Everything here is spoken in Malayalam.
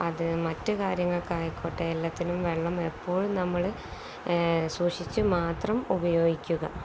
അതു മറ്റു കാര്യങ്ങൾക്കായിക്കോട്ടെ എല്ലാത്തിനും വെള്ളം എപ്പോഴും നമ്മള് സൂക്ഷിച്ചു മാത്രം ഉപയോഗിക്കുക